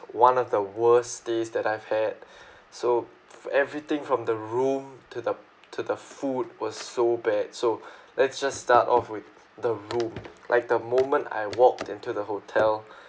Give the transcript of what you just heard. one of the worst stays that I've had so from everything from the room to the to the food was so bad so let's just start off with the room like the moment I walked into the hotel